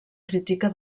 crítica